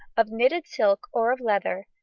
of knitted silk or of leather,